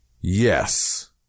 yes